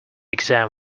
exam